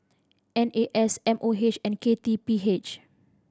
N A S M O H and K T P H